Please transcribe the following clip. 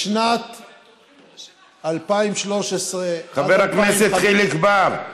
בשנת 2013, חבר הכנסת חיליק בר.